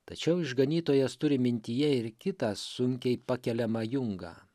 tačiau išganytojas turi mintyje ir kitą sunkiai pakeliamą jungą